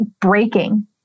breaking